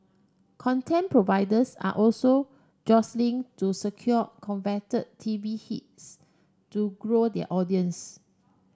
content providers are also jostling to secure coveted T V hits to grow their audiences